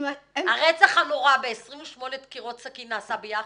הרצח הנורא ב-28 דקירות סכין נעשה ביחד?